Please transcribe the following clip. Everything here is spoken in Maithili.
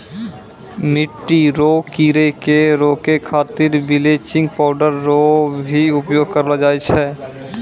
मिट्टी रो कीड़े के रोकै खातीर बिलेचिंग पाउडर रो भी उपयोग करलो जाय छै